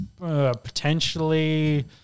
potentially